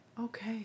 Okay